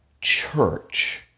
church